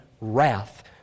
wrath